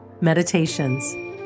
meditations